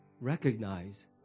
recognize